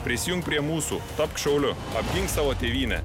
prisijunk prie mūsų tapk šiauliu apgink savo tėvynę